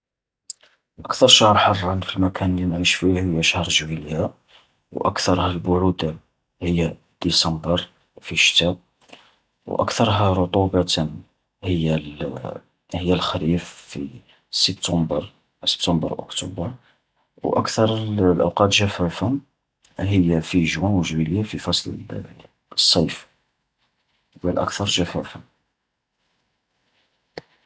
أكثر شهر حرا في المكان الذي نعيش فيه هي شهر جويلية، وأكثرها البرودة هي ديسمبر في الشتا، وأكثرها رطوبة هي هي الخريف في سبتمبر سبتمبر أو أكتوبر، وأكثر الأوقات جفافا هي في جوان و جميلية في فصل الصيف هي الاكثر جفافا.